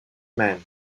man